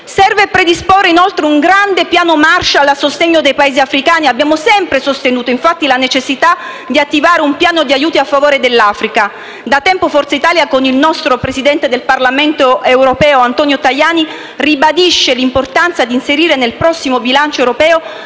Serve predisporre, inoltre, un grande piano Marshall a sostegno dei Paesi africani. Abbiamo sempre sostenuto, infatti, la necessità di attivare un piano di aiuti a favore dell'Africa. Da tempo Forza Italia, con il nostro Presidente del Parlamento europeo, Antonio Tajani, ribadisce l'importanza di inserire nel prossimo bilancio europeo